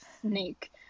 snake